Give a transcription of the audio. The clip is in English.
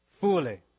fully